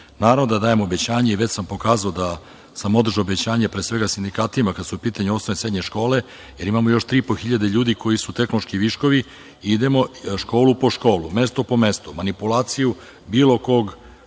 da dajem obećanje, već sam pokazao da sam održao obećanje, pre svega sindikatima kada su u pitanju osnovne i srednje škole, jer imamo još tri i po hiljade ljudi koji su tehnološki viškovi i idemo školu po školu, mesto po mesto. Manipulaciju bilo kog